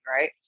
right